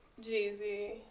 Jeezy